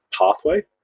pathway